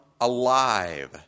alive